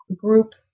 group